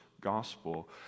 gospel